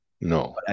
No